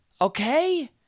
okay